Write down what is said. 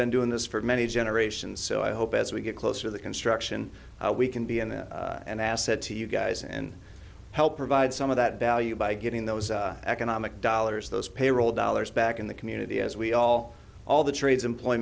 been doing this for many generations so i hope as we get closer the construction we can be an asset to you guys and help provide some of that value by getting those economic dollars those payroll dollars back in the community as we all all the trades employ